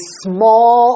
small